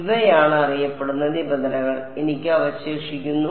ഇവയാണ് അറിയപ്പെടുന്ന നിബന്ധനകൾ എനിക്ക് അവശേഷിക്കുന്നു